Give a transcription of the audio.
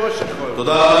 תודה רבה לאדוני.